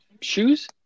Shoes